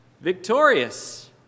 victorious